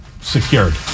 secured